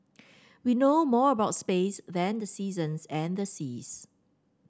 we know more about space than the seasons and the seas